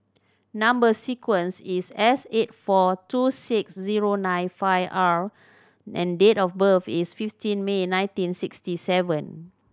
number sequence is S eight four two six zero nine five R and date of birth is fifteen May nineteen sixty seven